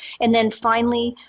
and then finally,